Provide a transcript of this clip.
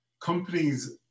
companies